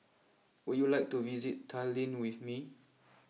would you like to visit Tallinn with me